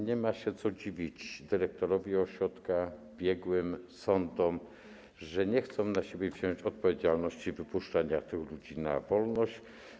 Nie ma się co dziwić dyrektorowi ośrodka, biegłym, sądom, że nie chcą na siebie wziąć odpowiedzialności wypuszczenia tych ludzi na wolność.